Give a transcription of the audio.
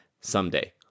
someday